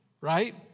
right